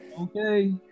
Okay